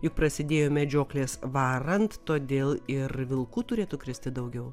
juk prasidėjo medžioklės varant todėl ir vilkų turėtų kristi daugiau